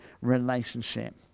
relationship